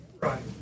Right